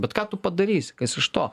bet ką tu padarysi kas iš to